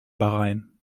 bahrain